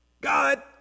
God